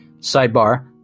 Sidebar